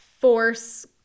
force